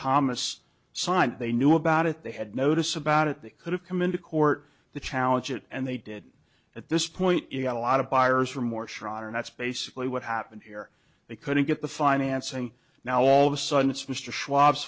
thomas signed they knew about it they had notice about it they could have come into court to challenge it and they did at this point in a lot of buyer's remorse ron and that's basically what happened here they couldn't get the financing now all of a sudden it's mr schwab